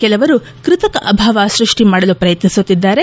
ಕೆಲವರು ಕೃತಕ ಅಭಾವ ಸೃಷ್ಟಿ ಮಾಡಲು ಪ್ರಯತ್ನಿಸುತ್ತಿದ್ದಾರೆ